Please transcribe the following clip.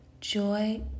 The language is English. joy